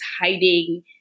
hiding